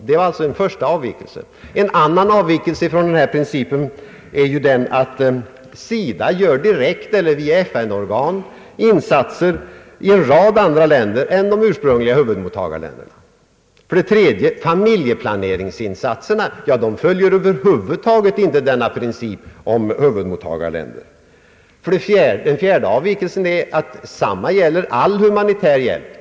Det var den första avvikelsen. En annan avvikelse från denna princip är att SIDA direkt eller via FN organ gör insatser i en rad andra länder än de ursprungliga huvudmottagarländerna. För det tredje följer familjeplaneringsinsatserna över huvud taget inte principen om huvudmottagarländer. En fjärde avvikelse gäller den humanitära hjälpen.